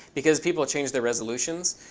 because people change their resolutions.